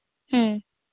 ᱦᱩᱸ